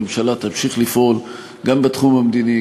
הממשלה תמשיך לפעול גם בתחום המדיני,